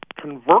convert